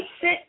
sit